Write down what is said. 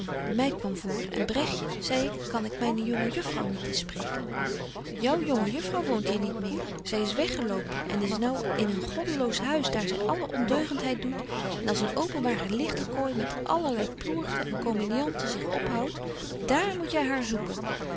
de meid kwam voor en bregtje zei ik kan ik myne jonge juffrouw niet eens spreken jou jonge juffrouw woont hier niet meer zy is weggelopen en is nou in een goddeloos huis daar zy alle ondeugentheid doet en als een openbare ligtekooi met allerlei ploerten en komedianten zich ophoudt daar moet jy haar zoeken